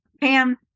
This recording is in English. Pam